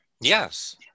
yes